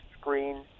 screen